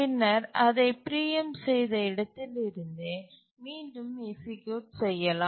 பின்னர் அதை பிரீஎம்ட் செய்த இடத்திலிருந்தே மீண்டும் எக்சீக்யூட் செய்யலாம்